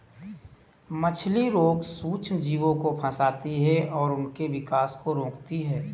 मछली रोग सूक्ष्मजीवों को फंसाती है और उनके विकास को रोकती है